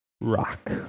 rock